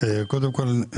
קודם כול,